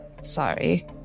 sorry